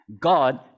God